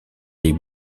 les